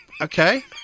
Okay